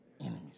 enemies